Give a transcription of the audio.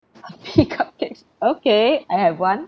puppy cupcakes okay I have one